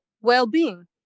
well-being